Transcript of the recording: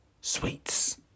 sweets